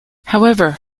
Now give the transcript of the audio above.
however